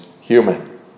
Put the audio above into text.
human